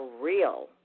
real